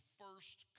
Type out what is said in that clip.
first